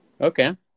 Okay